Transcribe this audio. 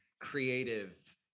creative